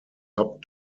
top